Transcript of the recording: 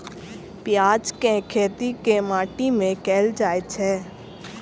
प्याज केँ खेती केँ माटि मे कैल जाएँ छैय?